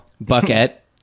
Bucket